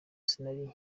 sinari